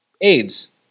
AIDS